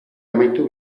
amaitu